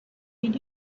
did